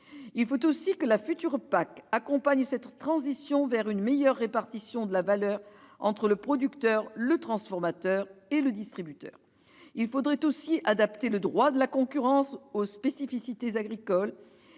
Il faut aussi que la future PAC accompagne la transition vers une meilleure répartition de la valeur entre le producteur, le transformateur et le distributeur. Il convient également d'adapter le droit de la concurrence aux spécificités agricoles